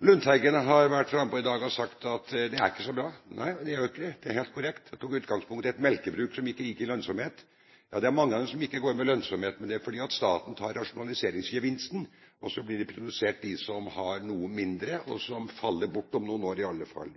Lundteigen har vært frampå i dag og sagt at det er ikke så bra. Nei, det er ikke det, det er helt korrekt. Han tok utgangspunkt i et melkebruk som ikke gikk med lønnsomhet. Det er mange av dem som ikke går med lønnsomhet, men det er fordi staten tar rasjonaliseringsgevinsten. Og så blir det produsert av bruk som har noe mindre, og som faller bort om noen år i alle fall.